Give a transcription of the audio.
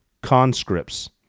conscripts